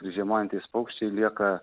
žiemojantys paukščiai lieka